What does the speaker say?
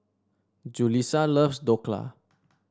Julissa loves Dhokla